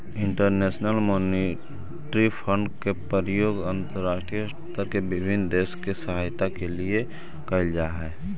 international Monetary Fund के प्रयोग अंतरराष्ट्रीय स्तर पर विभिन्न देश के सहायता के लिए भी कैल जा हई